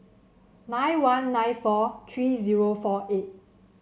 nine one nine four three zero four eight